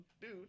dude